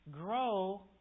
Grow